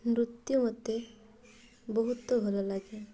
ନୃତ୍ୟ ମୋତେ ବହୁତ ଭଲ ଲାଗେ